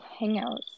hangouts